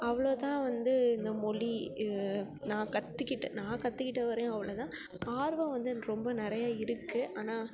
அவ்வளோ தான் வந்து இந்த மொழி நான் கற்றுக்கிட்ட நான் கற்றுக்கிட்ட வரையும் அவ்வளோதான் ஆர்வம் வந்து எனக்கு ரொம்ப நிறைய இருக்குது ஆனால்